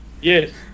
Yes